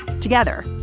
Together